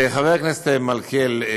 לחבר הכנסת מלכיאל,